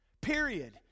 Period